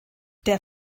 der